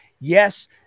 yes